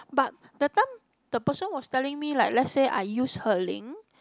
but that time the person was telling me like let's say I use her link